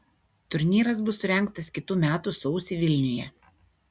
turnyras bus surengtas kitų metų sausį vilniuje